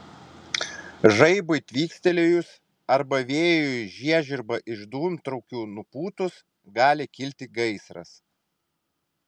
žaibui tvykstelėjus arba vėjui žiežirbą iš dūmtraukių nupūtus gali kilti gaisras